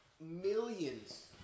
millions